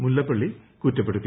മുല്ലപ്പള്ളി കുറ്റപ്പെടുത്തി